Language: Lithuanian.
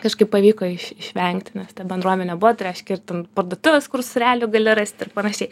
kažkaip pavyko iš išvengti nes ta bendruomenė buvo tai reiškia ir ten parduotuvės kur sūrelių gali rast ir panašiai